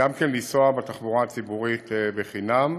גם כן לנסוע בתחבורה הציבורית בחינם,